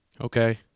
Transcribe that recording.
Okay